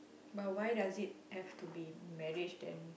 but why does it have to be marriage then